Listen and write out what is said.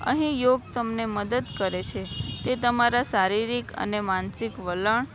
અહીં યોગ તમને મદદ કરે છે તે તમારા શારીરિક અને માનસિક વલણ